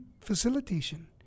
facilitation